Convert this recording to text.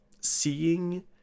seeing